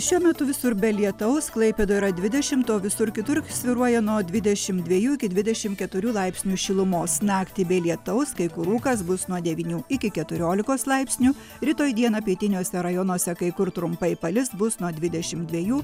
šiuo metu visur be lietaus klaipėdo yra dvidešimt o visur kitur svyruoja nuo dvidešim dviejų iki dvidešim keturių laipsnių šilumos naktį be lietaus kai kur rūkas bus nuo devynių iki keturiolikos laipsnių rytoj dieną pietiniuose rajonuose kai kur trumpai palis bus nuo dvidešim dviejų